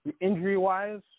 injury-wise